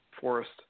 forest